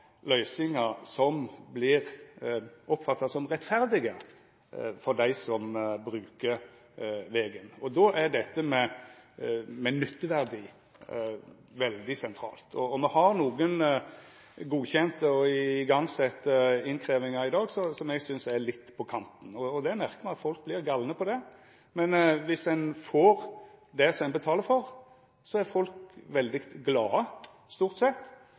løysingar som vert oppfatta som rettferdige for dei som bruker vegen, og då er dette med nytteverdi veldig sentralt. Me har i dag nokre innkrevjingar som er godkjende og sette i gang, som eg synest er litt på kanten. Me merkar at folk vert galne på det. Men dersom dei får det som dei betalar for, er folk veldig glade, stort sett.